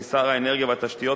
כי שר האנרגיה והתשתית,